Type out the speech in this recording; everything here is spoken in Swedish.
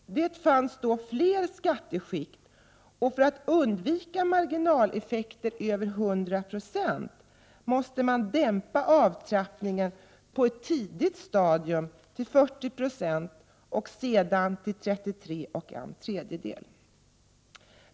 Det fanns då fler skatteskikt, och för att undvika marginaleffekter över 100 96 måste man dämpa avtrappningen på ett tidigt stadium till 40 96 och sedan till 33 1/3 6.